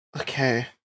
Okay